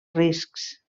riscs